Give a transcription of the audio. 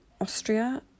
Austria